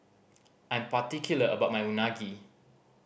I'm particular about my Unagi